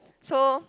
so